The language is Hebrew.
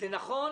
נכון